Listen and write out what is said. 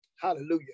Hallelujah